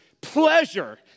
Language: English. pleasure